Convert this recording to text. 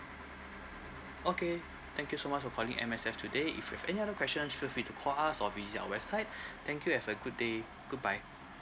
okay thank you so much for calling M_S_F today if you have any other questions feel free to call us or visit our website thank you have a good day good bye